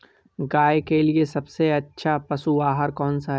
गाय के लिए सबसे अच्छा पशु आहार कौन सा है?